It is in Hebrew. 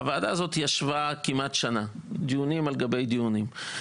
הוועדה הזאת ישבה כמעט שנה, דיונים על גבי דיונים.